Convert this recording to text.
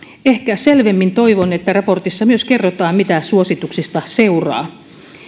ehkä toivon että raportissa myös selvemmin kerrotaan mitä suosituksista seuraa